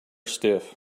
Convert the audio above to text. stiff